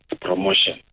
promotion